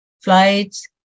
flights